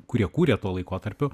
kurie kūrė tuo laikotarpiu